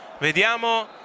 vediamo